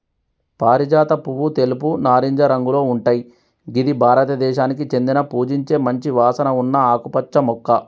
పారిజాత పువ్వు తెలుపు, నారింజ రంగులో ఉంటయ్ గిది భారతదేశానికి చెందిన పూజించే మంచి వాసన ఉన్న ఆకుపచ్చ మొక్క